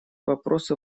вопросы